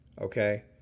okay